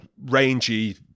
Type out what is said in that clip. rangy